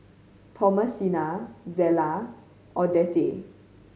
Thomasina Zella Odette